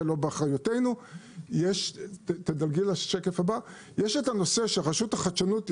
יש את הנושא של רשות החדשנות,